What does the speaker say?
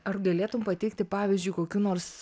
ar galėtum pateikti pavyzdžiui kokių nors